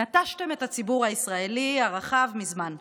נטשתם את הציבור הישראלי הרחב מזמן.